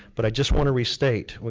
but i just wanna restate,